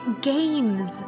Games